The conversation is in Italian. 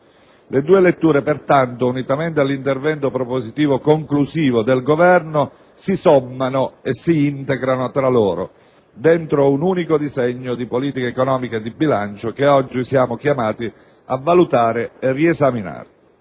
Le due letture, pertanto, unitamente all'intervento propositivo conclusivo del Governo, si sommano e si integrano tra loro dentro un unico disegno di politica economica e di bilancio che oggi siamo chiamati a valutare e riesaminare.